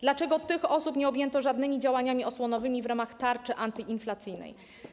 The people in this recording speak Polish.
Dlaczego tych osób nie objęto żadnymi działaniami osłonowymi w ramach tarczy antyinflacyjnej?